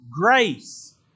grace